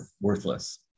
worthless